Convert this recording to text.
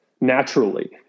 naturally